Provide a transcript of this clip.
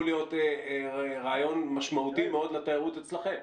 להיות רעיון משמעותי מאוד לתיירות אצלכם.